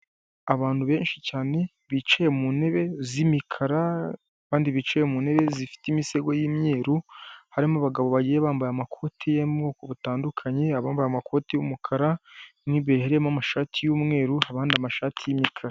Abantu benshi cyane bicaye mu ntebe z'imikara, abandi bicaye mu ntebe zifite imisego y'imyeru, harimo abagabo bagiye bambaye amakoti y'amoko atandukanye, abambaye amakoti y'umukara, mo imbere harimo amashati y'umweru, abandi bafite amashati y'imikara.